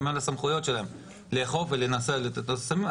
לאכוף סמים.